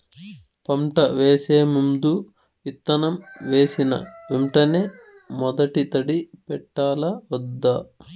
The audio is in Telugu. పంట వేసే ముందు, విత్తనం వేసిన వెంటనే మొదటి తడి పెట్టాలా వద్దా?